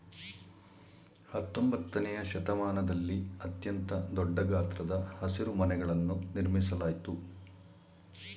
ಹತ್ತೊಂಬತ್ತನೆಯ ಶತಮಾನದಲ್ಲಿ ಅತ್ಯಂತ ದೊಡ್ಡ ಗಾತ್ರದ ಹಸಿರುಮನೆಗಳನ್ನು ನಿರ್ಮಿಸಲಾಯ್ತು